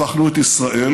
הפכנו את ישראל,